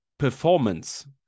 performance